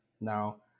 now